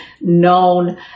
known